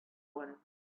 one